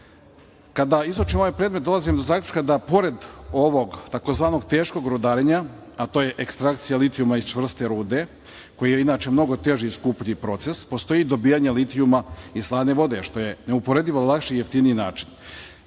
izučim ovaj predmet, dolazim do zaključka da pored ovog tzv. teškog rudarenja, a to je ekstrakcija litijuma iz čvrste rude, koji je mnogo teži i skuplji proces, postoji i dobijanje litijuma iz slane vode, što je neuporedivo lakši i jeftiniji način.